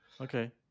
Okay